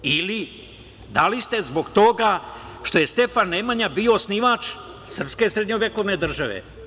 Ili, da li ste zbog toga što je Stefan Nemanja bio osnivač srpske srednjevekovne države?